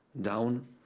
down